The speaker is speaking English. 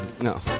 No